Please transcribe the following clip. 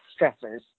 stressors